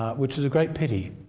ah which is a great pity.